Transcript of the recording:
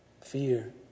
fear